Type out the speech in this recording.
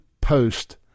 post